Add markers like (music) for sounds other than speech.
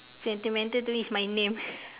sentimental to me is my name (laughs)